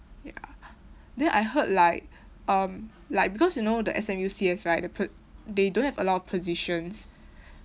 ya then I heard like um like because you know the S_M_U C_S right they p~ they don't have a lot of positions